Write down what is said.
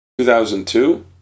2002